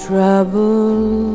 Trouble